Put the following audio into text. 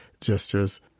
gestures